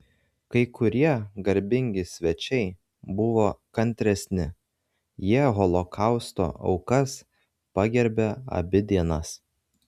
kai kurie garbingi svečiai buvo kantresni jie holokausto aukas pagerbė abi dienas